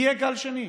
יהיה גל שני.